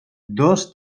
dos